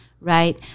right